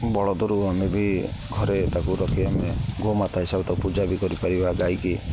ବଳଦରୁ ଆମେ ବି ଘରେ ତାକୁ ରଖି ଆମେ ଗୋମାତା ହିସାବରେ ତାକୁ ପୂଜା ବି କରିପାରିବା ଗାଈକି